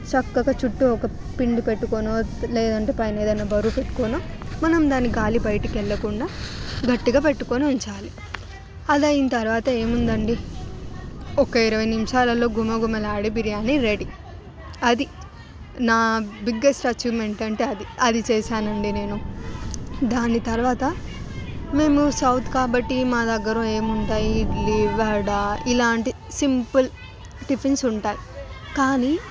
చక్కగా చుట్టూ ఒక పిండి పెట్టుకునో లేదంటే పైన ఏదైనా బరువు పెట్టుకొనో మనం దాన్ని కాలి బయటికి వెళ్లకుండా గట్టిగా పట్టుకొని ఉంచాలి అది అయిన తర్వాత ఏముంది అండి ఒక ఇరవై నిమిషాలలో గుమగుమలాడే బిర్యానీ రెడీ అది నా బిగ్గెస్ట్ అచీవ్మెంట్ అంటే అది అది చేశానండి నేను దాన్ని తర్వాత మేము సౌత్ కాబట్టి మా దగ్గర ఏముంటాయి ఇడ్లీ వడ ఇలాంటి సింపుల్ టిఫిన్స్ ఉంటాయి కానీ